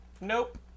Nope